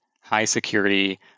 high-security